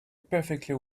perfectly